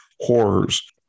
horrors